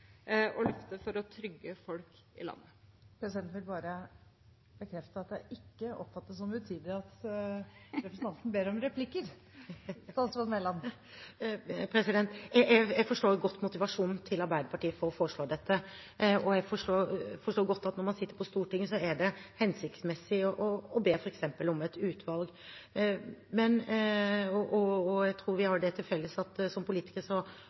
for å trygge folk i landet? Presidenten vil bare bekrefte at det ikke oppfattes som utidig at representanten ber om replikker! Jeg forstår godt motivasjonen til Arbeiderpartiet for å foreslå dette, og jeg forstår godt at når man sitter på Stortinget, er det hensiktsmessig å be f.eks. om et utvalg. Og jeg tror vi har det til felles at som